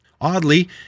Oddly